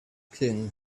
king